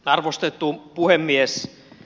arvostettu puhemies